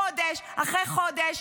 חודש אחרי חודש,